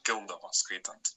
kildavo skaitant